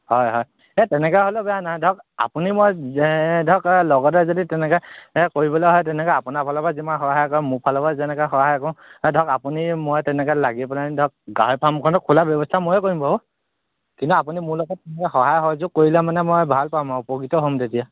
হয় হয় এই তেনেকৈ হ'লেও বেয়া নহয় ধৰক আপুনি মই যে ধৰক লগতে যদি তেনেকৈ কৰিবলৈ হয় তেনেকৈ আপোনাৰ ফালৰপৰা যিমান সহায় কৰে মোৰ ফালৰপৰা যেনেকৈ সহায় কৰোঁ ধৰক আপুনি মই তেনেকৈ লাগি পেলাইনি ধৰক গাহৰি ফাৰ্মখনো খোলাৰ ব্যৱস্থাও মইয়ে কৰিম বাৰু কিন্তু আপুনি মোৰ লগত তেনেকৈ সহায় সহযোগ কৰিলে মানে মই ভাল পাম আৰু উপকৃত হম তেতিয়া